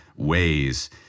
ways